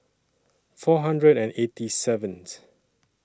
four hundred and eighty seventh